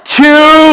two